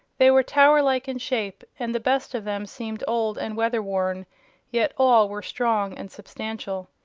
they were tower-like in shape and the best of them seemed old and weather-worn yet all were strong and substantial.